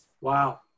wow